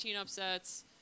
upsets